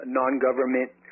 non-government